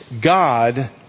God